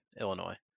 Illinois